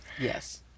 Yes